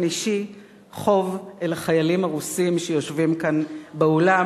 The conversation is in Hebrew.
אישי חוב אל החיילים הרוסים שיושבים פה באולם,